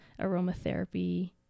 aromatherapy